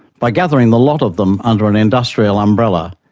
by gathering the lot of them under an industrial umbrella,